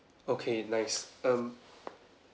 okay nice um